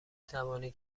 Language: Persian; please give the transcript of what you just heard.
توانید